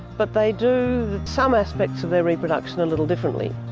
but they do some aspects of their reproduction a little differently.